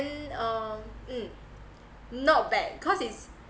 um mm not bad cause it's